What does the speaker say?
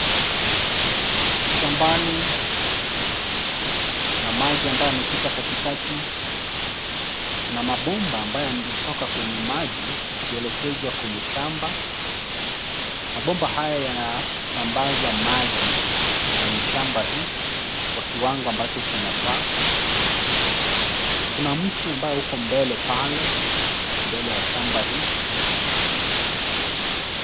Ni shambani, kuna maji ambayo yamepita katikati. Kuna mabomba ambayo yametoka kwenye maji yakielekezwa kwenye shamba. Mabomba haya yanasambaza maji kwenye shamba hii kwa kiwango ambacho kinafaa. Kuna mti ambao uko mbele palembele ya shamba hii.